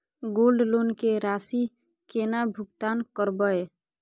Gold loan के राशि केना भुगतान करबै?